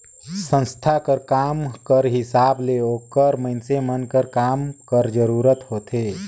संस्था कर काम कर हिसाब ले ओकर मइनसे मन कर काम कर जरूरत होथे